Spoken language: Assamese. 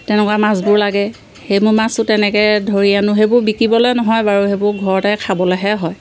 তেনেকুৱা মাছবোৰ লাগে সেইবোৰ মাছো তেনেকে ধৰি আনো সেইবোৰ বিকিবলে নহয় বাৰু সেইবোৰ ঘৰতে খাবলেহে হয়